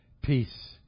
Peace